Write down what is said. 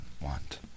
want